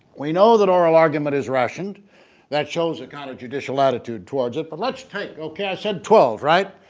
we know that our argument is rationed that shows the kind of judicial attitude towards it, but let's take, okay. i said twelve right?